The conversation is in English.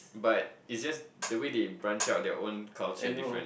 but it's just the way they branch out their own culture different